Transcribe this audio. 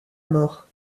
mort